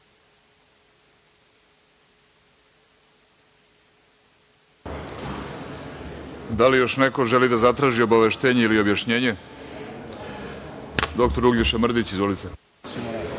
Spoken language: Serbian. Da li još neko želi da zatraži obaveštenje ili objašnjenje? (Da.)Reč ima dr Uglješa Mrdić. Izvolite.